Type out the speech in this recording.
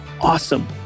Awesome